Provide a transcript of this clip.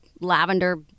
lavender